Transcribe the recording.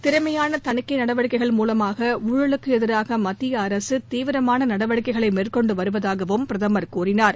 திறமையாள தணிக்கை நடவடிக்கைகள் மூலமாக ஊழலுக்கு எதிராக மத்திய அரசு தீவிரமான நடவடிக்கைகளை மேற்கொண்டு வருவதாகவும் பிரதமர் கூறினார்